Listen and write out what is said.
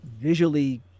visually